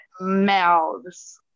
mouths